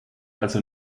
also